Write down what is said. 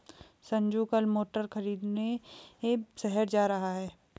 संजू कल मोटर खरीदने शहर जा रहा है